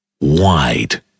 Wide